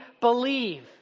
believe